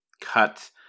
cut